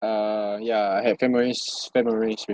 uh yeah I have memories memories with